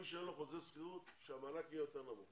מי שאין לו חוזה שכירות שהמענק יהיה יותר נמוך.